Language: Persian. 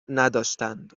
نداشتند